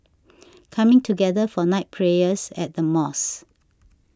coming together for night prayers at the mosque